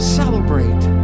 celebrate